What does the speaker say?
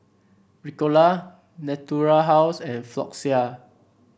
Ricola Natura House and Floxia